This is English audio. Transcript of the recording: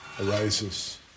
arises